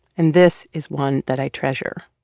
and this is one that i treasure.